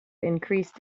increased